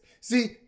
See